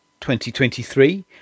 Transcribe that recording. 2023